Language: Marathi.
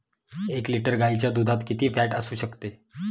एक लिटर गाईच्या दुधात किती फॅट असू शकते?